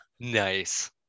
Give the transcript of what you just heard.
nice